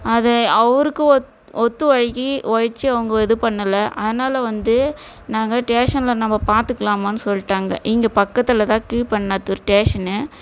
அது அவருக்கு ஒத் ஒத்துழைக்கி ஒழச்சி அவங்க இது பண்ணலை அதனால் வந்து நாங்கள் டேஷனில் நம்ம பார்த்துக்கலாம்மானு சொல்லிட்டாங்க இங்கே பக்கத்தில் தான் கீழ்பண்ணத்தூர் டேஷன்னு